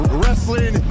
wrestling